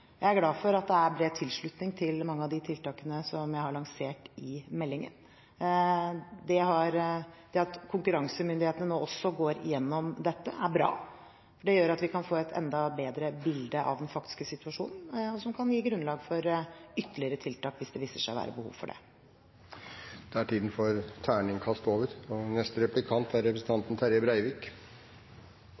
Jeg er glad for at det er bred tilslutning for mange av de tiltakene som jeg har lansert i meldingen. Det at konkurransemyndighetene nå også går igjennom dette, er bra, for det gjør at vi kan få et enda bedre bilde av den faktiske situasjonen, noe som kan gi grunnlag for ytterligere tiltak hvis det viser seg å være behov for det. Da er tiden for terningkast over. Som eg tok opp i innlegget mitt, er